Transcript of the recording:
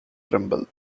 tremble